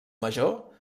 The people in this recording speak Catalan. major